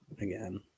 again